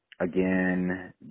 Again